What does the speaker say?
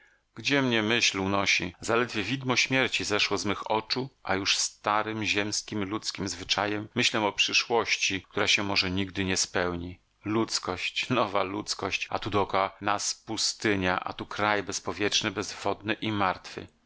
gdzie mnie myśl unosi zaledwie widmo śmierci zeszło z mych oczu a już starym ziemskim ludzkim zwyczajem myślę o przyszłości która się może nigdy nie spełni ludzkość nowa ludzkość a tu dokoła nas pustynia a tu kraj bezpowietrzny bezwodny i martwy